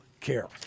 care